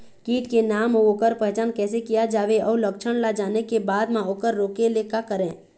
कीट के नाम अउ ओकर पहचान कैसे किया जावे अउ लक्षण ला जाने के बाद मा ओकर रोके ले का करें?